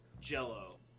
Jello